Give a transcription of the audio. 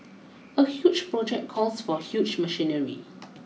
a huge project calls for huge machinery